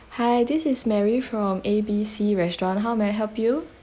hi this is mary from A B C restaurant how may I help you